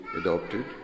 adopted